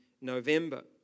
November